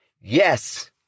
Yes